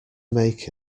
make